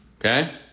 Okay